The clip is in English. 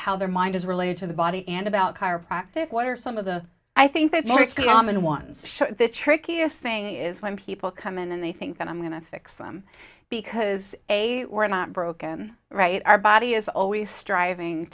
how their mind is related to the body and about chiropractic what are some of the i think that your common ones trickiest thing is when people come in and they think that i'm going to fix them because they were not broken right our body is always striving